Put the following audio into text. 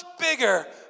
bigger